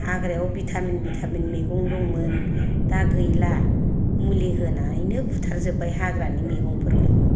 हाग्रायाव vitamin vitamin मैगं दंमोन दा गैला मुलि होनानैनो बुथार जोबबाय मैगंफोरखौबो